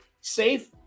safe